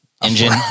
Engine